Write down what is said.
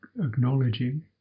acknowledging